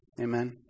Amen